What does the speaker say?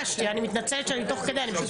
אבל אני אעצור אותך באמצע המצגת כי אני רוצה